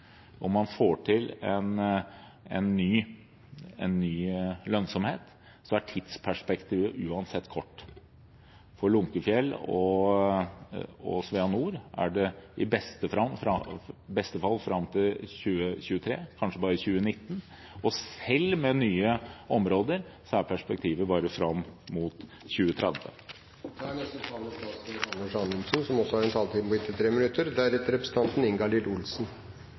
man får til en ny lønnsomhet, er tidsperspektivet uansett kort. For Lunkefjell og Svea Nord er det i beste fall fram til 2023, kanskje bare 2019, og selv med nye områder er perspektivet bare fram mot 2030. Innspillet om et logistikksenter er et kjempegodt innspill, som er en